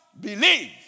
believe